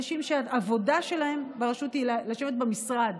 אנשים שהעבודה שלהם ברשות היא לשבת במשרד